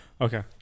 Okay